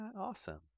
Awesome